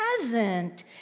present